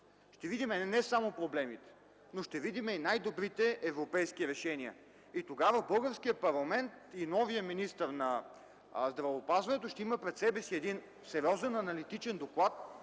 Ще видим не само проблемите, но ще видим и най-добрите европейски решения. Тогава българският парламент и новият министър на здравеопазването ще имат пред себе си сериозен аналитичен доклад,